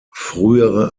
frühere